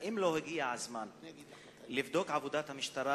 האם לא הגיע הזמן לבדוק את עבודת המשטרה